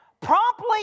promptly